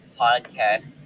Podcast